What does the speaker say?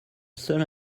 seule